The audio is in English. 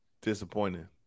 disappointing